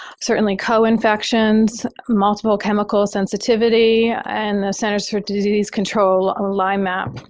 certainly co-infections, multiple chemical sensitivity and the centers for disease control online map.